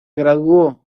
graduó